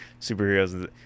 superheroes